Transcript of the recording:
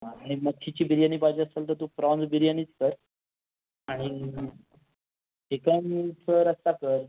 हां आणि मच्छीची बिर्याणी पाहिजे असेल तर तू प्रॉन्ज बिर्याणीच कर आणि चिकनचं रस्सा कर